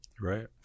Right